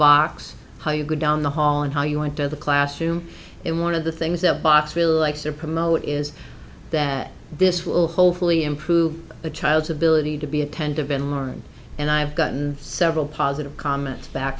box how you go down the hall and how you went to the classroom and one of the things that box relaxer promote is that this will hopefully improve a child's ability to be attentive in learning and i've gotten several positive comments back